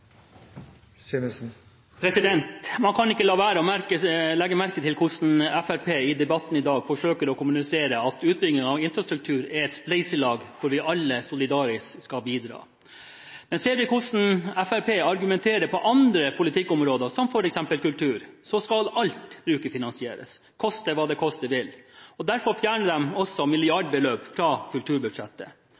er ein del slike presiseringar som klart og tydeleg kjem fram av innstillinga innanfor den gjeldande ramma for transportplanen. Man kan ikke la være å legge merke til hvordan Fremskrittspartiet i debatten i dag forsøker å kommunisere at utbyggingen av infrastruktur er et spleiselag hvor vi alle solidarisk skal bidra. Men ser vi hvordan Fremskrittspartiet argumenterer på andre politikkområder, som f.eks. kultur, skal alt brukerfinansieres, koste hva det koste vil. Derfor fjerner de også milliardbeløp